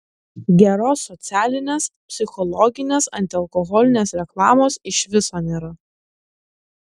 geros socialinės psichologinės antialkoholinės reklamos iš viso nėra